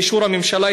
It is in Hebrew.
באישור הממשלה,